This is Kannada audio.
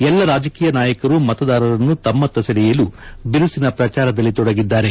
ಎಲ್ಲಾ ರಾಜಕೀಯ ನಾಯಕರು ಮತದಾರರನ್ನು ತಮ್ಮತ್ತ ಸೆಳೆಯಲು ಬಿರುಸಿನ ಪ್ರಚಾರದಲ್ಲಿ ತೊಡಗಿದ್ದಾರೆ